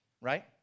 right